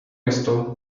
esto